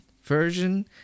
version